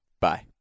Bye